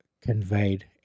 conveyed